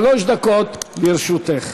שלוש דקות לרשותך.